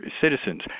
citizens